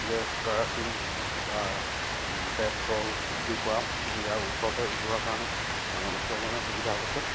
gas kerosene বা petrol আদিৰপৰা ইয়াৰ ওচৰতে ওলোৱাৰ কাৰণে ওচৰৰ কাৰণে সুবিধা হৈছে